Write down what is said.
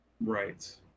right